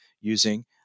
using